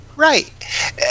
Right